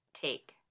take